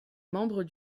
membres